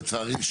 לצערי,